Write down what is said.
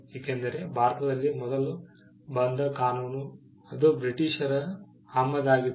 ಏಕೆಂದರೆ ಭಾರತದಲ್ಲಿ ಮೊದಲು ಬಂದ ಕಾನೂನು ಅದು ಬ್ರಿಟಿಷರ ಆಮದಾಗಿತ್ತು